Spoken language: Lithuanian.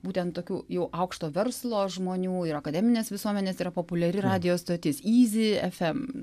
būtent tokių jau aukšto verslo žmonių ir akademinės visuomenės yra populiari radijo stotis yzi fm